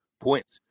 points